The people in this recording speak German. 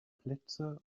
plätze